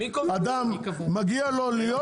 אדם מגיע לו להיות,